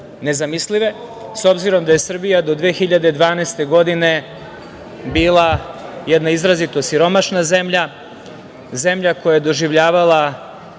nezamislive, s obzirom na to da je Srbija do 2012. godine bila jedna izrazito siromašna zemlja, zemlja koja je doživljavala